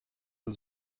aux